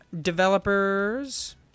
developers